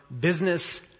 business